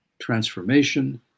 transformation